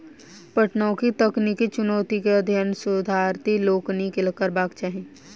पटौनीक तकनीकी चुनौतीक अध्ययन शोधार्थी लोकनि के करबाक चाही